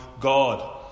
God